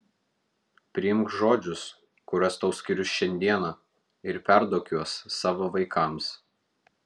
priimk žodžius kuriuos tau skiriu šiandieną ir perduok juos savo vaikams